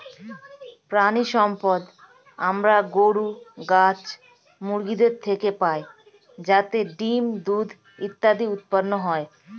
প্রাণিসম্পদ আমরা গরু, ছাগল, মুরগিদের থেকে পাই যাতে ডিম্, দুধ ইত্যাদি উৎপাদন হয়